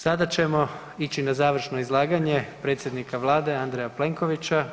Sada ćemo ići na završno izlaganje predsjednika vlade Andreja Plenkovića.